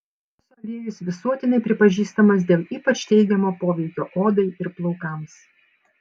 kokosų aliejus visuotinai pripažįstamas dėl ypač teigiamo poveikio odai ir plaukams